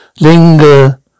Linger